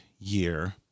year